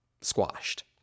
squashed